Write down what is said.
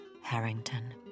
Harrington